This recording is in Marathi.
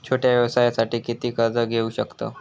छोट्या व्यवसायासाठी किती कर्ज घेऊ शकतव?